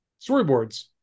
storyboards